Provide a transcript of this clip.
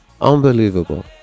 Unbelievable